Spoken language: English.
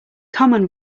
common